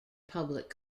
public